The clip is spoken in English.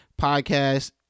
podcast